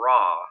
Raw